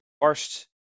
first